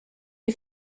est